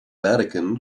vatican